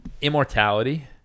immortality